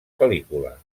pel·lícula